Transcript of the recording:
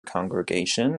congregation